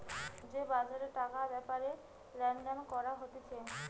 যে বাজারে টাকার ব্যাপারে লেনদেন করা হতিছে